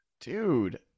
dude